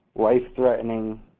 life-threatening